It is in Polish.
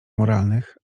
moralnych